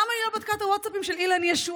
למה היא לא בדקה את הווטסאפים של אילן ישועה?